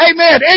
Amen